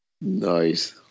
Nice